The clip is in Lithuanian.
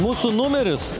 mūsų numeris